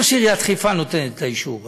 לא שעיריית חיפה נותנת את האישור,